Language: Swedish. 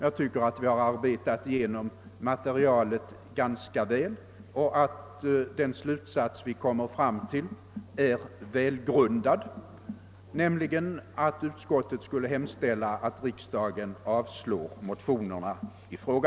Jag tycker att vi har arbetat igenom motionerna ganska väl och att vi kommit fram till en välgrundad slutsats, nämligen att utskottet skulle hemställa att riksdagen avslår motionerna i fråga.